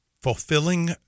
fulfilling